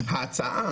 כי גם במקרה הזה,